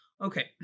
okay